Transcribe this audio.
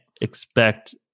expect